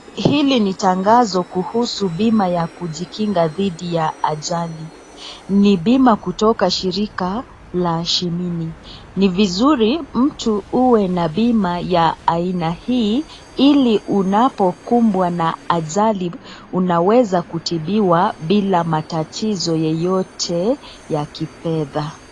Hili ni tangazo kuhusu bima ya kujikinga dhidi ya ajali, ni bima kutoka shirika la Shimini, ni vizuri mtu uwe na bima ya aina hii ili unapokumbwa na ajali unaweza kutibiwa bila matatizo yeyote ya kifedha.